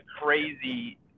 crazy